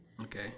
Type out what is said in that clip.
Okay